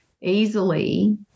easily